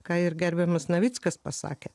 ką ir gerbiamas navickas pasakė